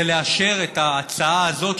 זה לאשר את ההצעה הזאת,